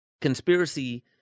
conspiracy